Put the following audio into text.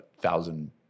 thousand